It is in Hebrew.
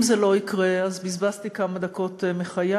אם זה לא יקרה, אז בזבזתי כמה דקות מחיי,